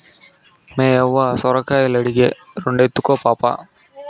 మేయవ్వ సొరకాయలడిగే, రెండెత్తుకో పాపా